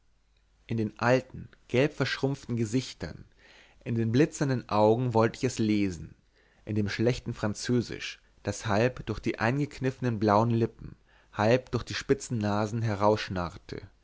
in den alten gelbverschrumpften gesichtern in den blinzenden augen wollt ich es lesen in dem schlechten französisch das halb durch die eingekniffenen blauen lippen halb durch die